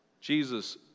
Jesus